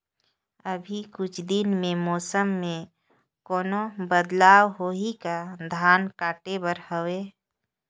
अभी कुछ दिन मे मौसम मे कोनो बदलाव होही का? धान काटे बर हवय?